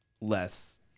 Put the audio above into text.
less